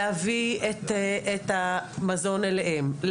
להביא את המזון אליהם,